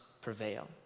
prevail